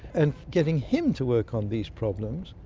and getting him to work on these problems?